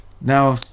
Now